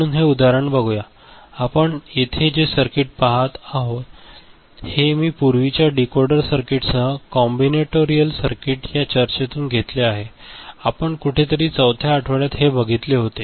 म्हणून हे उदाहरण बघूया आपण येथे जे सर्किट पाहत आहे हे मी पूर्वीच्या डिकोडर सर्किटसह कंबिनेटोरियल सर्किट या चर्चेतून घेतले आहे आपण हे कुठेतरी चवथ्या आठवड्यात बघीतले होते